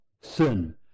sin